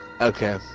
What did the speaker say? Okay